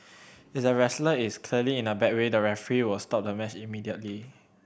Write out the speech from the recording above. if the wrestler is clearly in a bad way the referee will stop the match immediately